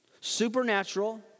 supernatural